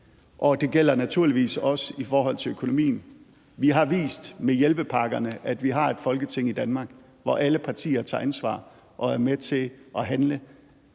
det gælder naturligvis også i forhold til økonomien. Vi har vist med hjælpepakkerne, at vi har et Folketing i Danmark, hvor alle partier tager ansvar og er med til at handle,